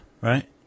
Right